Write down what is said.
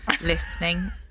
listening